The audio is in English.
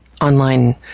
online